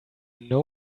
know